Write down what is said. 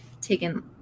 taken